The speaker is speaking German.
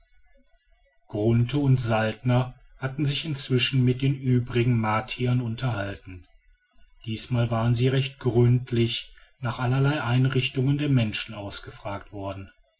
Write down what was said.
und saltner hatten sich inzwischen mit den übrigen martiern unterhalten diesmal waren sie recht gründlich nach allerlei einrichtungen der menschen ausgefragt worden